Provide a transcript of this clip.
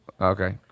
Okay